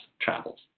travels